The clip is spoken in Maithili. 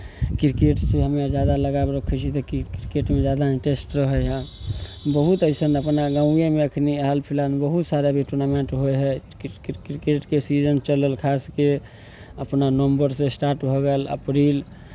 क्रिकेटसँ हमरा ज्यादा लगाव रखै छी तऽ क्रिकेटमे ज्यादा इन्ट्रेस्ट रहैए बहुत अइसन अपना गाँवेमे एखन हाल फिलहालमे बहुत सारा अभी टूर्नामेंट होइ हइ किर किर क्रिकेटके सीजन चलल खास कऽ अपना नवम्बरसँ स्टार्ट भऽ गेल अप्रिल